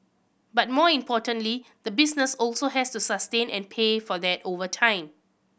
but more importantly the business also has to sustain and pay for that over time